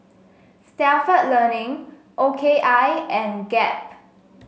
Stalford Learning O K I and Gap